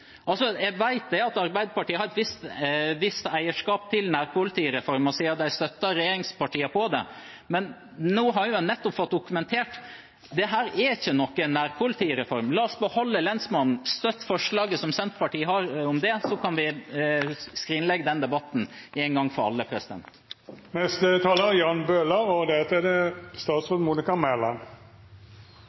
at Arbeiderpartiet har et visst eierskap til nærpolitireformen, siden de støttet regjeringspartiene i det, men nå har en jo nettopp fått dokumentert at dette ikke er noen nærpolitireform. La oss beholde lensmannen – støtt forslaget som Senterpartiet har om det, og så kan vi skrinlegge den debatten en gang for alle. Jeg vil gjerne få utdype litt før statsråden kommer opp og